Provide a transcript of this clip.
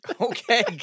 Okay